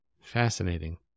fascinating